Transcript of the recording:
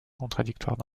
contradictoires